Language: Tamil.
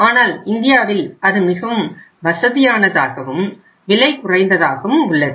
ஆனால் இந்தியாவில் அது மிகவும் வசதியானதாகவும் விலை குறைந்ததாகவும் உள்ளது